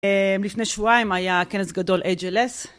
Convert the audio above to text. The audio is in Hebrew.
לפני שבועיים היה כנס גדול HLS.